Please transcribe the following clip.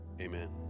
Amen